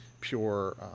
pure